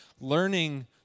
learning